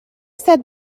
said